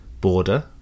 border